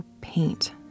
paint